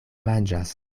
manĝas